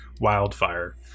wildfire